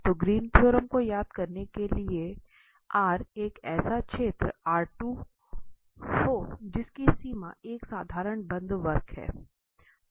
तो Green theorem को याद करने के लिए R एक ऐसा क्षेत्र हो जिसकी सीमा एक साधारण बंद वक्र C है